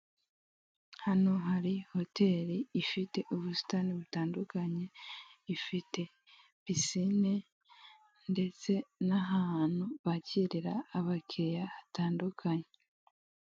Akayetajeri karimo ikinyobwa kiza gikorwa mu bikomoka ku mata, gifite icupa ribengerana rifite umufuniko w'umweru. Hejuru gato harimo n'ibindi binyobwa bitari kugaragara neza.